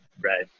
Right